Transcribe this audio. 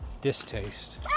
distaste